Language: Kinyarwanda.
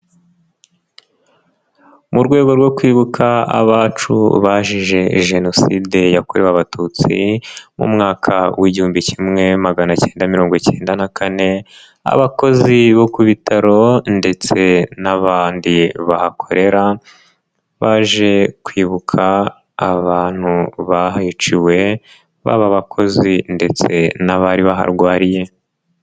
Mu rwego rwo kwibuka abacu bazize Jenoside yakorewe abatutsi mu mwaka w igihumbi kimwe maganacyenda mirongo icyenda na kane, abakozi bo ku bitaro ndetse n'abandi bahakorera baje kwibuka abantu bahiciwe baba bakozi ndetse n'abari baharwariye.